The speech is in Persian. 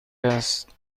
است